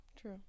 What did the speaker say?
True